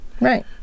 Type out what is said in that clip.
Right